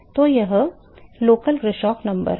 तो यह स्थानीय ग्रासहोफ़ संख्या है